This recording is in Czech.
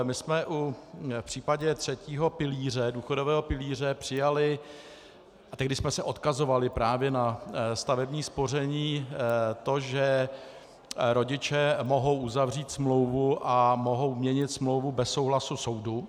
My jsme v případě třetího důchodového pilíře přijali, a tehdy jsme se odkazovali právě na stavební spoření, to, že rodiče mohou uzavřít smlouvu a mohou měnit smlouvu bez souhlasu soudu.